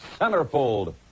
centerfold